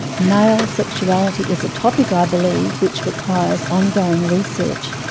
male sexuality is a topic, i believe, which requires ongoing research.